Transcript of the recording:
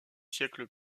siècles